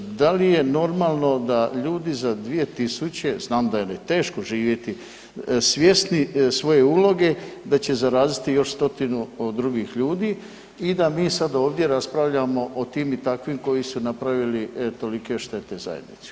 Da li je normalno da ljudi za 2.000, znam da im je teško živjeti svjesni svoje uloge da će zaraziti još 100-tinu drugih ljudi i da mi sad ovdje raspravljamo o tim i takvim koji su napravili tolike štete zajednici?